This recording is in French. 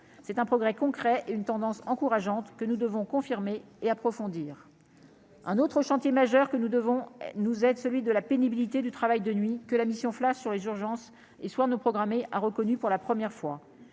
c'est un progrès concrets une tendance encourageante que nous devons confirmer et approfondir un autre chantier majeur que nous devons nous être celui de la pénibilité du travail de nuit que la mission flash sur les urgences et soit nos programmé a reconnu pour la première fois,